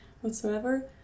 whatsoever